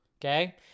Okay